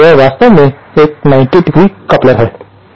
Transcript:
इसलिए यह वास्तव में एक 90° कपलर है